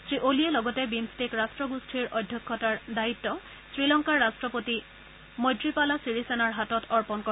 শ্ৰীঅলিয়ে লগতে বিমট্টেক ৰাট্টগোষ্ঠীৰ অধ্যক্ষতাৰ দায়িত্বত শ্ৰীলংকাৰ ৰট্টপতি মৈত্ৰীপালা ছীৰিসেনাৰ হাতত অৰ্পণ কৰে